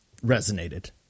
resonated